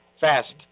fast